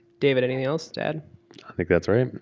david, anything else to add? i think that's right.